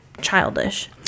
childish